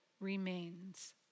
remains